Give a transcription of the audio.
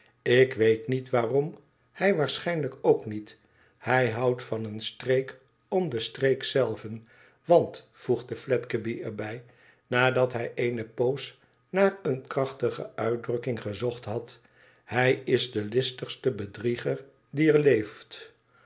ik weet niet waarom hij waarschijnlijk ook niet hij houdt van een streek om den streek zelven want voegde fledgeby er bij nadat hij eene poos naar eene krachtige uitdrukking gezocht had hij is de listigste bedrieger die er leeft